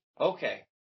Okay